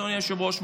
אדוני היושב-ראש,